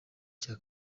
cya